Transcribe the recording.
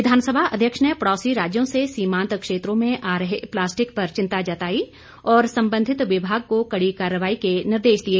विधानसभा अध्यक्ष ने पड़ौसी राज्यों से सीमांत क्षेत्रों में आ रहे प्लास्टिक पर चिंता जताई और संबंधित विभाग को कड़ी कार्रवाई के निर्देश दिए